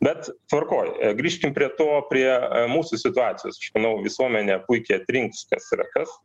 bet tvarkoj grįžkim prie to prie mūsų situacijos aš manau visuomenė puikiai atrinks kas yra kas